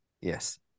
Yes